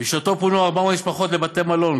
היושב-ראש: בשעתו פונו 400 משפחות לבתי-מלון.